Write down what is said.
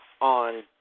on